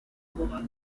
abogado